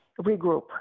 regroup